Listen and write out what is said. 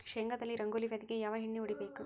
ಶೇಂಗಾದಲ್ಲಿ ರಂಗೋಲಿ ವ್ಯಾಧಿಗೆ ಯಾವ ಎಣ್ಣಿ ಹೊಡಿಬೇಕು?